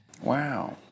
Wow